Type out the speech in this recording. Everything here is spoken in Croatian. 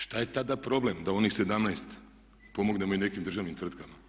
Šta je tada problem da onih 17 pomognemo i nekim državnim tvrtkama?